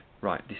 right